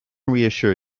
reassure